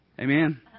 Amen